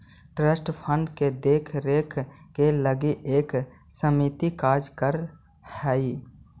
trust fund के देख रेख के लगी एक समिति कार्य कर हई